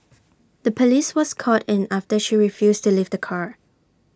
the Police was called in after she refused to leave the car